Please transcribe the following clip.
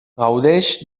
gaudeix